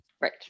Right